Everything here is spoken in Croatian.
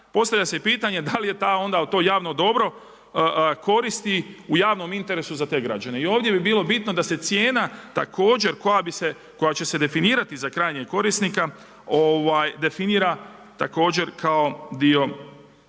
postavlja se pitanje da li je ta onda, to javno dobro koristi u javnom interesu za te građane. I ovdje bi bilo bitno da se cijena također koja će se definirati za krajnjeg korisnika definira također kao dio